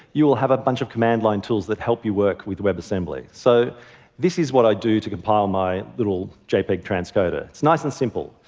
you will have a bunch of command line tools that help you work with web assemblies. so this is what i do to compile my old jpeg transcoder. it's nice and simple.